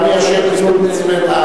אנחנו נאשר את זה.